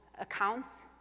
accounts